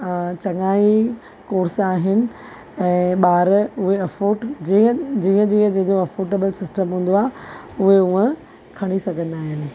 चङा ई कोर्स आहिनि ॿार उहे अफोर्ड जीअं जीअं जीअं जंहिं जो अफोर्डेबल सिस्टम हूंदो आहे उहे उहो खणी सघंदा आहिनि